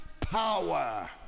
power